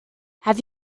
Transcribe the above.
have